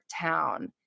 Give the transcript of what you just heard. town